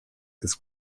ist